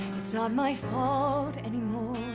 it's not my fault anymore,